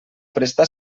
prestar